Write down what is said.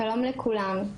שלום לכולם.